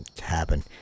happen